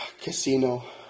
Casino